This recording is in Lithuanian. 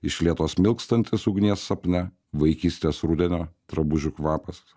iš lėto smilkstantis ugnies sapne vaikystės rudenio drabužių kvapas